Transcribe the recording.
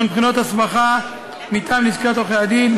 בחינות הסמכה מטעם לשכת עורכי-הדין,